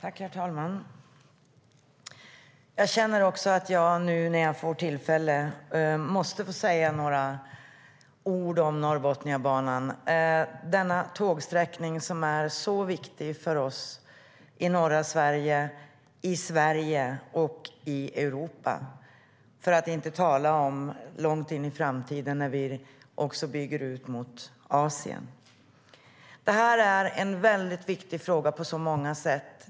Herr talman! Jag känner att jag nu, när jag får tillfälle, måste säga några ord om Norrbotniabanan. Det är en tågsträckning som är viktig för oss i norra Sverige. Den är viktig i Sverige och i Europa, för att inte tala om när vi långt in i framtiden bygger ut den mot Asien.Det här är en viktig fråga på många sätt.